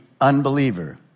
unbeliever